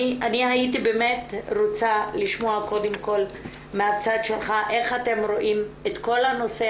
אני הייתי באמת רוצה לשמוע קודם כל מהצד שלך איך אתם רואים את כל הנושא